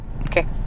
Okay